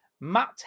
Matt